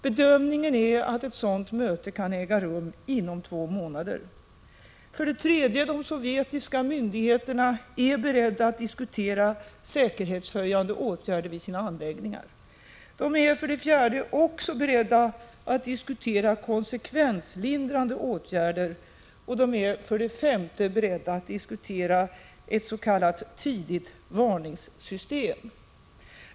Bedömningen är att ett sådant möte kan äga rum inom två månader. För det tredje: De sovjetiska myndigheterna kommer att vara beredda att diskutera säkerhetshöjande åtgärder vid sina anläggningar. De kommer, för det fjärde, också att vara beredda att diskutera konsekvenslindrande åtgärder. För det femte kommer de att vara beredda att diskutera ett s.k. tidigt varningssystem.